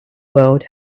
world